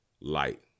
light